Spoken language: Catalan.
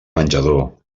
menjador